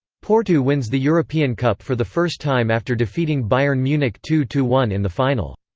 porto wins the european cup for the first time after defeating bayern munich two two one in the final.